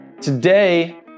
Today